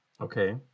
Okay